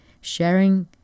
sharing